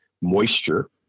moisture